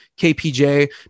kpj